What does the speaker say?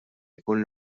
jkun